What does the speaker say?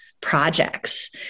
projects